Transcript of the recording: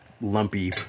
lumpy